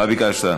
מה ביקשת?